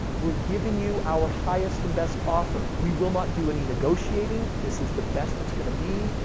we're giving you our highest and best offer. we will not do any negotiating. this is the best it's going to be.